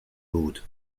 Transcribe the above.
road